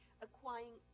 acquiring